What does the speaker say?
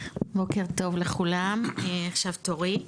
בוקר טוב לכולם, עכשיו תורי.